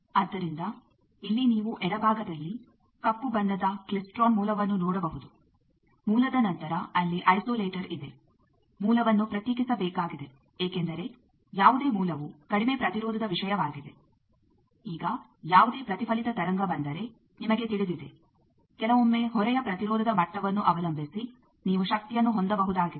ಆದ್ದರಿಂದ ಇಲ್ಲಿ ನೀವು ಎಡಭಾಗದಲ್ಲಿ ಕಪ್ಪು ಬಣ್ಣದ ಕ್ಲಿಸ್ಟ್ರೋನ್ ಮೂಲವನ್ನು ನೋಡಬಹುದು ಮೂಲದ ನಂತರ ಅಲ್ಲಿ ಐಸೊಲೇಟರ್ ಇದೆ ಮೂಲವನ್ನು ಪ್ರತ್ಯೇಕಿಸಬೇಕಾಗಿದೆ ಏಕೆಂದರೆ ಯಾವುದೇ ಮೂಲವು ಕಡಿಮೆ ಪ್ರತಿರೋಧದ ವಿಷಯವಾಗಿದೆ ಈಗ ಯಾವುದೇ ಪ್ರತಿಫಲಿತ ತರಂಗ ಬಂದರೆ ನಿಮಗೆ ತಿಳಿದಿದೆ ಕೆಲವೊಮ್ಮೆ ಹೊರೆಯ ಪ್ರತಿರೋಧದ ಮಟ್ಟವನ್ನು ಅವಲಂಬಿಸಿ ನೀವು ಶಕ್ತಿಯನ್ನು ಹೊಂದಬಹುದಾಗಿದೆ